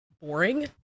boring